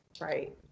Right